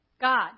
God